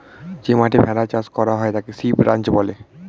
যে মাঠে ভেড়া চাষ করা হয় তাকে শিপ রাঞ্চ বলে